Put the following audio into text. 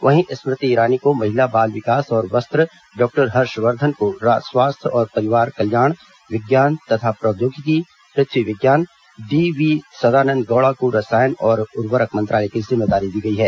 वहीं स्मृति ईरानी को महिला बाल विकास और वस्त्र डॉक्टर हर्षवर्धन को स्वास्थ्य और परिवार कल्याण विज्ञान तथा प्रौद्योगिकी पृथ्वी विज्ञान डीवी सदानंद गौड़ा को रसायन और उवर्रक मंत्रालय की जिम्मेदारी दी गई है